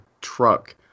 truck